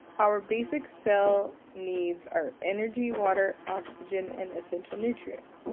our basic cell needs our energy, water, oxygen, and essential nutrients.